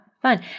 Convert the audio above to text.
Fun